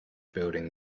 building